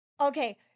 Okay